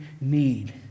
need